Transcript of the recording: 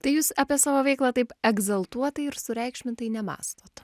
tai jūs apie savo veiklą taip egzaltuotai ir sureikšmintai nemąstot